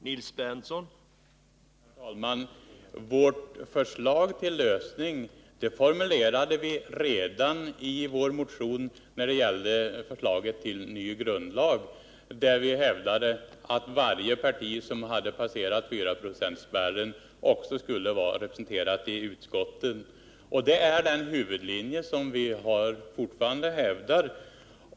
Herr talman! Vårt förslag till lösning formulerade vi redan i vår motion i samband med förslagen till ny grundlag. Där hävdade vi att varje parti som passerat fyraprocentsspärren också skulle vara representerat i utskotten. Det är den huvudlinje vi fortfarande hävdar.